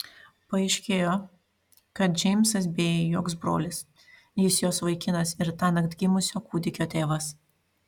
paaiškėjo kad džeimsas bėjai joks brolis jis jos vaikinas ir tąnakt gimusio kūdikio tėvas